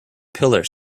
pillar